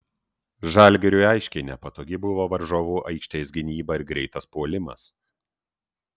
žalgiriui aiškiai nepatogi buvo varžovų aikštės gynyba ir greitas puolimas